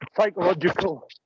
psychological